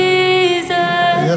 Jesus